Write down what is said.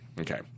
okay